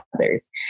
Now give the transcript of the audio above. others